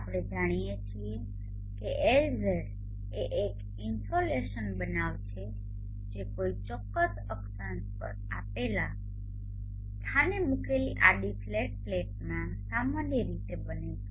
આપણે જાણીએ છીએ કે Lz એ એક ઈનસોલેસન બનાવ છે જે કોઈ ચોક્કસ અક્ષાંશ પર આપેલા સ્થાને મૂકેલી આડી ફ્લેટ પ્લેટમાં સામાન્ય રીતે બને છે